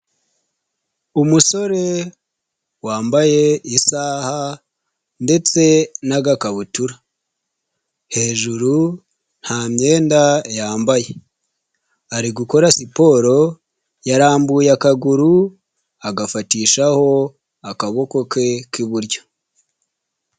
Umusore wambaye isaha ndetse n'agakabutura hejuru nta myenda yambaye ari gukora siporo yarambuye akaguru agafatishaho akaboko ke k'iburyo.